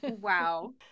Wow